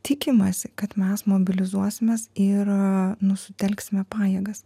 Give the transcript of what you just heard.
tikimasi kad mes mobilizuosimės ir nu sutelksime pajėgas